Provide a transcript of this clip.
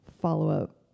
follow-up